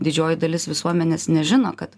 didžioji dalis visuomenės nežino kad